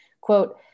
quote